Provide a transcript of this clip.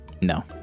No